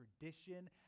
tradition